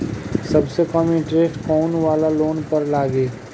सबसे कम इन्टरेस्ट कोउन वाला लोन पर लागी?